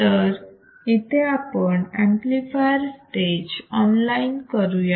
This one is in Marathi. तर इथे आपण एंपलीफायर स्टेज अनालाइज करूयात